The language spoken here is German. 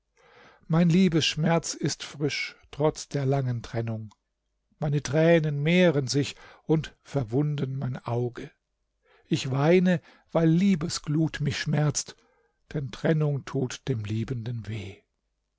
mein liebesschmerz ist frisch trotz der langen trennung meine tränen mehren sich und verwunden mein auge ich weine weil liebesglut mich schmerzt denn trennung tut dem liebenden weh